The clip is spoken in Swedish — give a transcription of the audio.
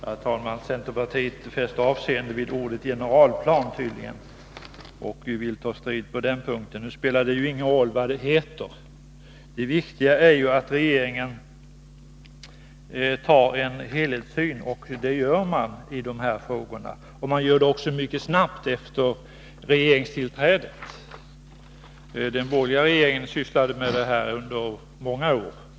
Herr talman! Centerpartiet fäster tydligen avseende vid ordet generalplan och vill ta strid på den punkten. Men nu spelar det ingen roll vad det heter. Det viktiga är att regeringen har en helhetssyn i dessa frågor. Regeringen har handlat snabbt efter regeringstillträdet. Den borgerliga regeringen sysslade med dessa frågor under många år.